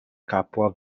capua